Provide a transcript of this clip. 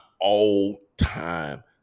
all-time